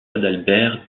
adalbert